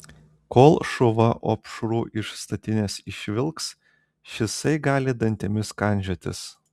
kol šuva opšrų iš statinės išvilks šisai gali dantimis kandžiotis